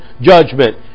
judgment